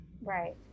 Right